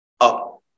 up